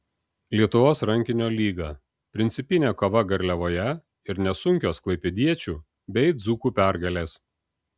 lietuvos rankinio lyga principinė kova garliavoje ir nesunkios klaipėdiečių bei dzūkų pergalės